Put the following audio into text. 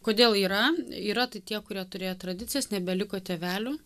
kodėl yra yra tokie kurie turėjo tradicijas nebeliko tėvelių